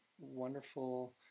wonderful